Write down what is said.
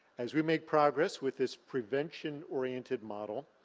as we make progress with this prevention oriented model,